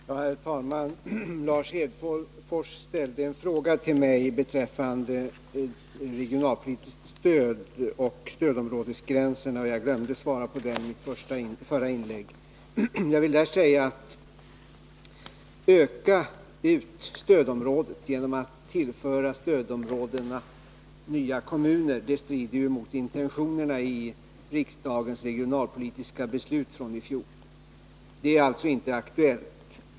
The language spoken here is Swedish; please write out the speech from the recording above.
Herr talman! Lars Hedfors ställde en fråga till mig beträffande regionalpolitiskt stöd och stödområdesgränser, vilken jag glömde att svara på i mitt förra inlägg. Jag vill med anledning av den säga att en utökning av stödområdena genom tillförande av nya kommuner till dessa skulle strida mot intentionerna i riksdagens regionalpolitiska beslut från i fjol. Det är alltså inte aktuellt.